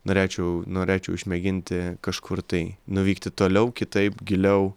norėčiau norėčiau išmėginti kažkur tai nuvykti toliau kitaip giliau